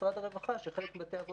משרד הרווחה שחלק מבתי האבות